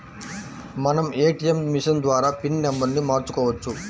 మనం ATM machine ద్వారా pin నెంబర్ను మార్చుకోవచ్చు